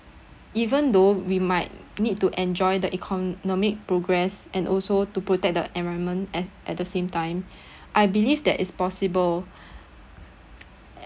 even though we might need to enjoy the economic progress and also to protect the environment and at the same time I believe that it's possible